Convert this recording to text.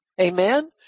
Amen